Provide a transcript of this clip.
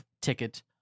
ticket